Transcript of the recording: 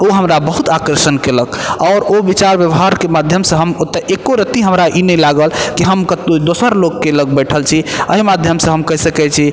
ओ हमरा बहुत आकर्षण कयलक आओर ओ विचार व्यवहारके माध्यमसँ हम ओतऽ एक्को रत्ती हमरा ई नहि लागल कि हम कतहु दोसर लोकके लग बैठल छी अइ माध्यमसँ हम कहि सकय छी